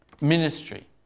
ministry